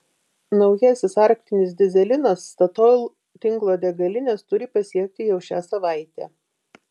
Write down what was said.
naujasis arktinis dyzelinas statoil tinklo degalines turi pasiekti jau šią savaitę